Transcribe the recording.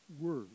Word